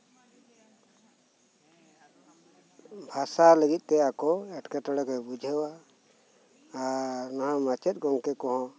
ᱵᱷᱟᱥᱟ ᱞᱟᱹᱜᱤᱫ ᱛᱮ ᱟᱠᱚ ᱮᱴᱠᱮᱴᱚᱬᱮ ᱠᱚ ᱵᱩᱡᱷᱟᱹᱣᱟ ᱟᱨ ᱱᱚᱣᱟ ᱢᱟᱪᱮᱫ ᱜᱚᱝᱠᱮ ᱠᱚᱦᱚᱸ